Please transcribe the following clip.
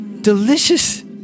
Delicious